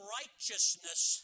righteousness